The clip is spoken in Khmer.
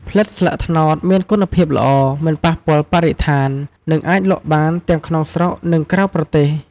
ផ្លិតស្លឹកត្នោតមានគុណភាពល្អ មិនប៉ះពាល់បរិស្ថាន និងអាចលក់បានទាំងក្នុងស្រុក និងក្រៅប្រទេស។